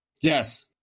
Yes